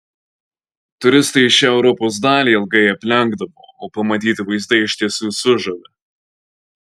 turistai šią europos dalį ilgai aplenkdavo o pamatyti vaizdai iš tiesų sužavi